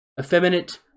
effeminate